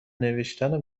نوشتنو